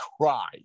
cry